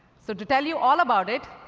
so, to tell you all about it,